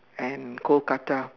and Kolkata